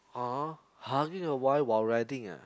!huh! hugging a wife while riding ah